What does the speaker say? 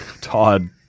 Todd